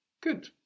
Good